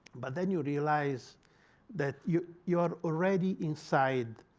but then you realize that you you are already inside